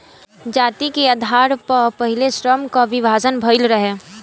जाति के आधार पअ पहिले श्रम कअ विभाजन भइल रहे